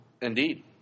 Indeed